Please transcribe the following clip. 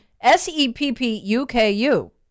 S-E-P-P-U-K-U